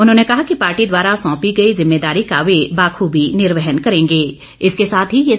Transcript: उन्होंने कहा कि पार्टी द्वारा सौंपी गई जिम्मेदारी का वे बाखूबी निर्वहन करेंगे